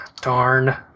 Darn